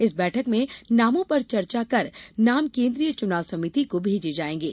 इस बैठक में नामों पर चर्चा कर नाम केन्द्रीय चुनाव समिति को भेजे जायेंगे